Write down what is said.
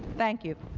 thank you.